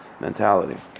mentality